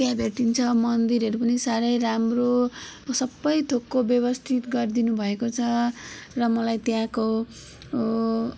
त्यहाँ भेटिन्छ मन्दिरहरू पनि साह्रै राम्रो सब थोकको व्यवस्थित गरिदिनु भएको छ र मलाई त्यहाँको